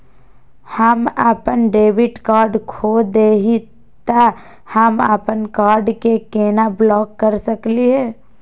हम अपन debit card खो दे ही, त हम अप्पन कार्ड के केना ब्लॉक कर सकली हे?